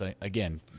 Again